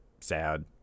sad